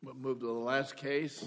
moved to alaska case